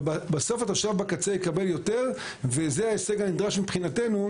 אבל בסוף התושב בקצה יקבל יותר וזה ההישג הנדרש מבחינתנו.